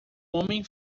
homem